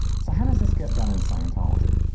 so, how does this get done in scientology?